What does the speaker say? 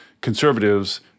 conservatives